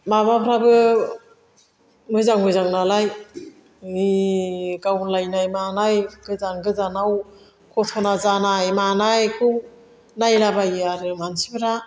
माबाफोराबो मोजां मोजां नालाय बि गावलायनाय मानाय गोजान गोजानाव घटना जानाय मानायखौ नायलाबायो आरो मानसिफोरा